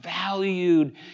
valued